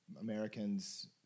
Americans